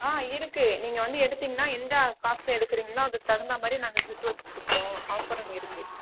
ஆ இருக்குது நீங்கள் வந்து எடுத்தீங்கன்னால் எந்த காசுக்கு எடுக்கிறீங்களோ அதுக்கு தகுந்த மாதிரி நாங்கள் கிஃப்ட் வவுச்சர் கொடுப்போம் ஆஃபரும் இருக்குது